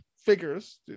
figures